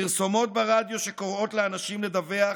פרסומות ברדיו שקוראות לאנשים לדווח